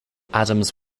adams